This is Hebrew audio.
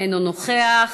אינו נוכח,